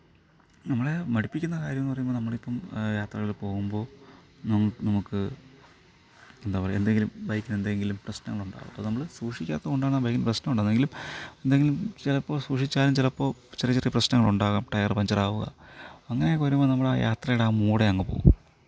നമ്മളെ മടുപ്പിക്കുന്ന കാര്യം എന്നുപറയുമ്പോൾ നമ്മളിപ്പം യാത്രകൾ പോകുമ്പോൾ നമുക്ക് എന്താപറയാ എന്തെങ്കിലും ബൈക്കിന് എന്തെങ്കിലും പ്രശനങ്ങളുണ്ടാകും അത് നമ്മൾ സൂക്ഷിക്കാത്ത കൊണ്ടാണ് പ്രശ്നമുണ്ടാവുന്നത് എങ്കിലും എന്തെങ്കിലും ചിലപ്പോൾ സൂക്ഷിച്ചാലും ചിലപ്പോൾ ചെറിയ ചെറിയ പ്രശ്നങ്ങളുണ്ടാവാം ടയറ് പഞ്ചറാവാം അങ്ങനൊക്കെ വരുമ്പോൾ നമ്മുടെ ആ യാത്രയുടെ മൂടേ അങ്ങ് പോകും